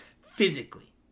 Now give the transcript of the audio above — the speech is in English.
physically